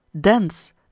dense